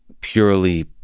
purely